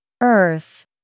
Earth